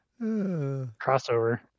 crossover